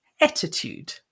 attitude